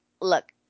look